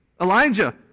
Elijah